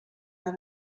naar